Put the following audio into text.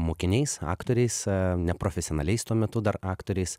mokiniais aktoriais neprofesionaliais tuo metu dar aktoriais